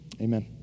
Amen